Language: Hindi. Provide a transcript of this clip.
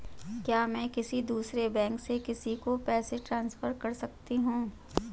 क्या मैं किसी दूसरे बैंक से किसी को पैसे ट्रांसफर कर सकती हूँ?